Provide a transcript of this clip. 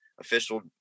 official